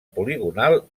poligonal